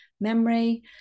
memory